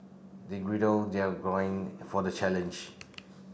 they their for the challenge